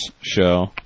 show